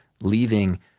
leaving